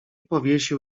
powiesił